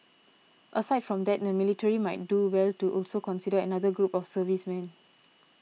aside from that the military might do well to also consider another group of servicemen